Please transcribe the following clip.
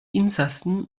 insassen